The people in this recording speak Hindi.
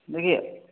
देखिए